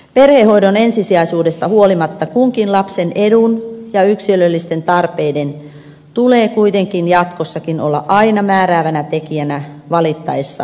perhehoidon ensisijaisuudesta huolimatta kunkin lapsen edun ja yksilöllisten tarpeiden tulee kuitenkin jatkossakin olla aina määräävinä tekijöinä valittaessa sijaishuoltopaikkaa